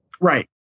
right